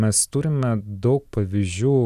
mes turime daug pavyzdžių